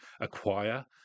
acquire